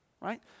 right